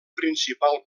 principal